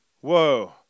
Whoa